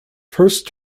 first